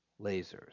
lasers